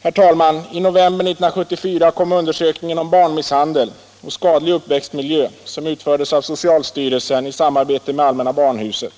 Herr talman! I november 1974 kom undersökningen om barnmisshandel och skadlig uppväxtmiljö, som utfördes av socialstyrelsen i samarbete med Allmänna barnhuset.